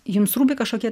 jums rūpi kažkokie